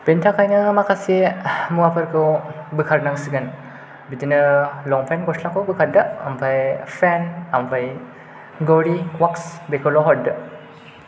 बेनिथाखायनो माखासे मुवाफोरखौ बोखारनांसिगोन बिदिनो लंपेन्ट गसलाखौ बोखारदो ओमफ्राय पेन ओमफ्राय घरि वात्स बेखौल' हरदो